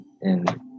And-